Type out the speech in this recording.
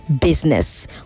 business